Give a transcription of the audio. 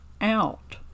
out